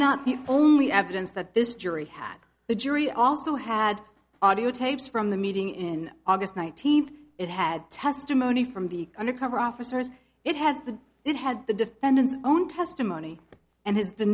not the only evidence that this jury had the jury also had audiotapes from the meeting in august nineteenth it had testimony from the undercover officers it has that it had the defendant's own testimony and